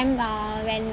uh when